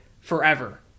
forever